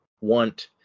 want